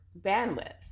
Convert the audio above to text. bandwidth